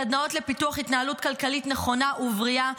סדנאות לפיתוח התנהלות כלכלית נכונה ובריאה,